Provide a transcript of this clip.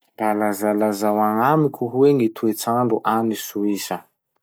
Mba lazalazao agnamiko hoe gny toetsandro agny Soisa?